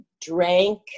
drank